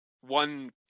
one